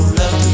love